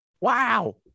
Wow